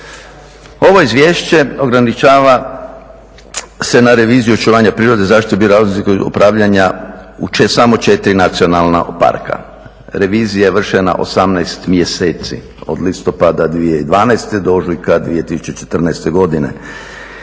Ovo izvješće ograničava se na reviziju očuvanja prirode i zaštite bioraznolikosti upravljanja u samo 4 nacionalna parka. Revizija je vršena 18 mjeseci, od listopada 2012. do ožujka 2014. godine.